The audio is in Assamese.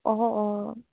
অঁ অঁ